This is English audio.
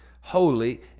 holy